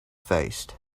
faced